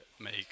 make